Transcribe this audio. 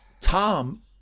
Tom